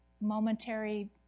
momentary